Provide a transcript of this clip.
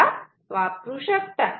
वापरू शकतात